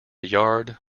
yard